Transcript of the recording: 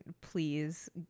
Please